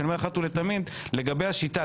כשאני אומר "אחת ולתמיד" זה לגבי השיטה,